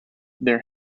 their